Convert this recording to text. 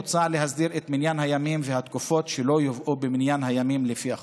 מוצע להסדיר את מניין הימים והתקופות שלא יובאו במניין הימים לפי החוק.